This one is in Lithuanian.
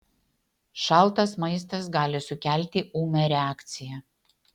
šaltas maistas gali sukelti ūmią reakciją